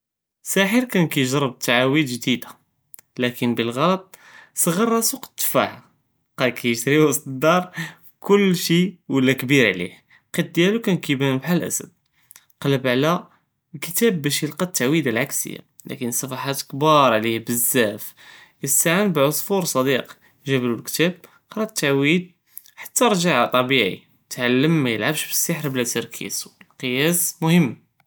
סאהר קאן קייג'רב תעאוויז ג'דידה, לקין בלהגלט צ'גר ראסו קד אלתפאח, בקא קייג'רי פי ווסט אלדאר קול שי וולה כביר עליו, אלקט דיאלו קאן קיבאן כחאל אלאסד, קלב עלא אלכתאב באש ילקה אלתעוויזה אלעקסיה, לקין אלספחות כבאר עליו בזאף, איסתעאן בעצפור סדיק ג'אבלו לכתאב, קרא אלתעוויז, חתא רג'ע טבעי, תעלם מא ילעבש בסהר בלא תרכיז, אלקיאס מחם.